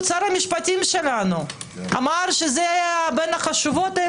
שר המשפטים שלנו אמר שזה בין העילות החשובות.